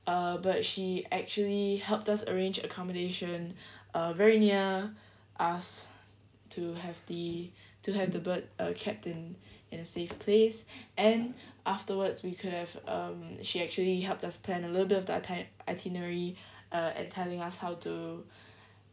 uh but she actually helped us arrange accommodation uh very near us to have the to have the bird uh kept in a safe place and afterwards we could have um she actually helped us plan a little bit of the iti~ itinerary uh and telling us how to